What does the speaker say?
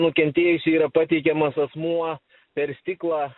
nukentėjusiui yra pateikiamas asmuo per stiklą